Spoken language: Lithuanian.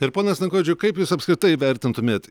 ir pone stankovičiau kaip jūs apskritai įvertintumėt